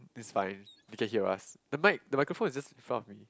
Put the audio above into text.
it's fine okay he will ask the mic the microphone is just in front of me